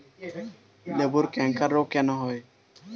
লেবুর ক্যাংকার রোগ কেন হয়?